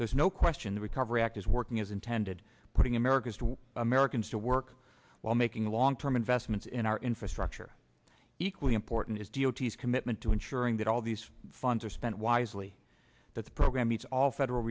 there's no question the recovery act is working as intended putting america's americans to work while making the long term investments in our infrastructure equally important is deity's commitment to ensuring that all these funds are spent wisely that the program meets all federal